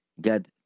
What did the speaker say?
God